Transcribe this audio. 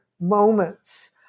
moments